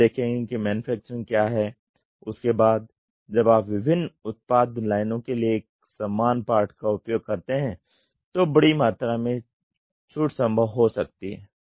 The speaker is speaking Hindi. हम देखेंगे कि मैन्युफैक्चरिंग क्या है उसके बाद जब आप विभिन्न उत्पाद लाइनों के लिए एक समान पार्ट का उपयोग करते हैं तो बड़ी मात्रा में छूट संभव हो सकती है